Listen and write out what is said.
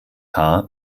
haar